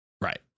Right